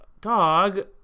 Dog